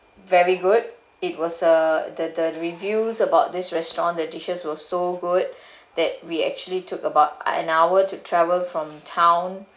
very good it was uh the the reviews about this restaurant their dishes were so good that we actually took about an hour to travel from town